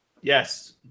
Yes